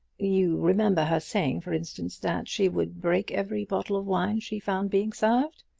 you remember her saying, for instance, that she would break every bottle of wine she found being served?